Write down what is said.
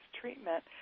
treatment